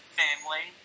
family